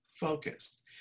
focused